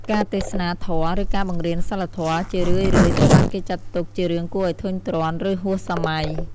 ការទេសនាធម៌ ឬការបង្រៀនសីលធម៌ ជារឿយៗត្រូវបានគេចាត់ទុកជារឿងគួរឲ្យធុញទ្រាន់ ឬហួសសម័យ។